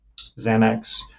Xanax